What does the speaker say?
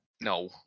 No